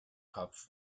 kopf